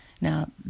Now